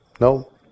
No